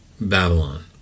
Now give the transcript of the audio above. Babylon